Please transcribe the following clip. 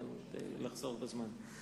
כדי לחסוך זמן.